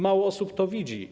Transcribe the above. Mało osób to widzi.